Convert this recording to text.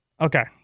Okay